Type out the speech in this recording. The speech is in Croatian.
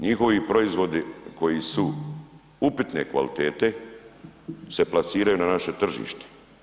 Njihovi proizvodi koji su upitne kvalitete, se plasiraju na naše tržište.